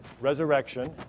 resurrection